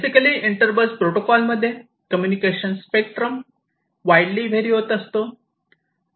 basically inter bus protocols मध्ये communication spectrum widely vary होत असतो